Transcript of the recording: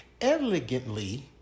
elegantly